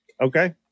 Okay